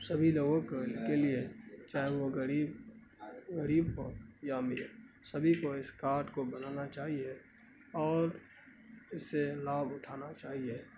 سبھی لوگوں کو کے لیے چاہے وہ غریب غریب ہو یا امیر سبھی کو اس کارڈ کو بنانا چاہیے اور اس سے لابھ اٹھانا چاہیے